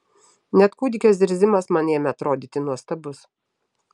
net kūdikio zirzimas man ėmė atrodyti nuostabus